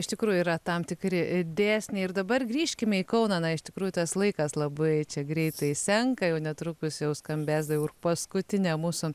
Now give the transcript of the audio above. iš tikrųjų yra tam tikri dėsniai ir dabar grįžkime į kauną na iš tikrųjų tas laikas labai čia greitai senka jau netrukus jau skambės jau ir paskutinė mūsų